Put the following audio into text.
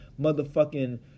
motherfucking